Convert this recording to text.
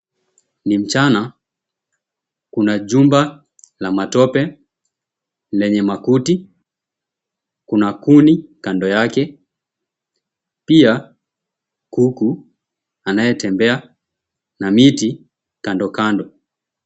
Ni mchana. Kuna jumba la matope lenye makuti. Kuna kuni kando yake pia kuku anayetembea na miti kandokando.